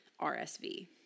RSV